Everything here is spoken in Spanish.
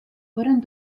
fueron